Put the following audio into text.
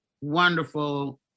wonderful